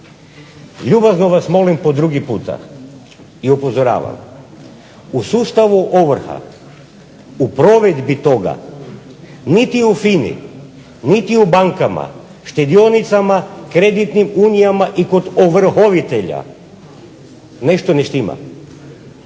Ljubazno vas molim po drugi puta i upozoravam. U sustavu ovrha u provedbi toga niti u FINA-i niti u bankama, štedionicama, kreditnim unijama i kod ovrhovitelja nešto ne štima.